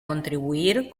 contribuir